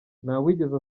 ntawigeze